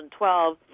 2012